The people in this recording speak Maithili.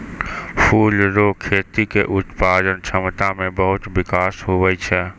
फूलो रो खेती के उत्पादन क्षमता मे बहुत बिकास हुवै छै